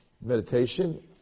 Meditation